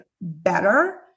better